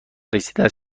است